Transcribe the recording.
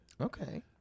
Okay